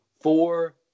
four